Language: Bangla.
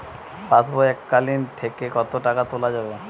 পাশবই এককালীন থেকে কত টাকা তোলা যাবে?